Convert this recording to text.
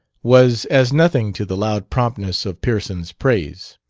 was as nothing to the loud promptness of pearson's praise.